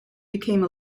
became